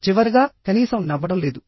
చివరగా కనీసం నవ్వడం లేదు